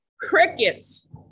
crickets